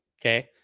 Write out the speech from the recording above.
Okay